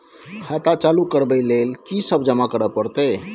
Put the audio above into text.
खाता चालू करबै लेल की सब जमा करै परतै?